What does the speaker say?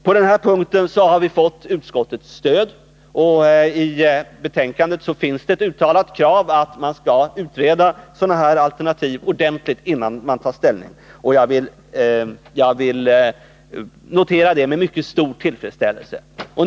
På den här punkten har vi fått utskottets stöd. I betänkandet finns uttalat ett krav att man skall utreda sådana alternativ ordentligt, innan man tar ställning. Jag vill notera det med mycket stor tillfredsställelse.